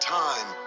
time